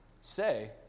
say